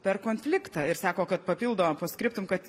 per konfliktą ir sako kad papildo post scriptum kad